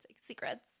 secrets